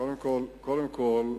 קודם כול,